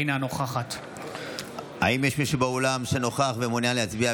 אינה נוכחת האם יש מישהו באולם שנוכח ומעוניין להצביע,